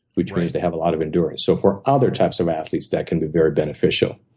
which means they have a lot of endurance. so for other types of athletes, that can be very beneficial.